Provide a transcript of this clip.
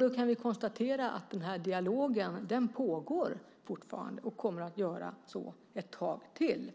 Vi kan konstatera att dialogen fortfarande pågår och kommer att göra det ett tag till.